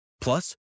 Plus